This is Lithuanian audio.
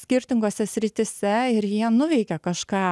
skirtingose srityse ir jie nuveikia kažką